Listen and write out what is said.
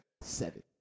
seven